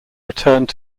returned